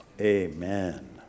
amen